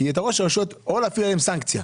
או להפעיל עליהם סנקציה,